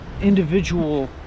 individual